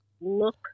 look